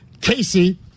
Casey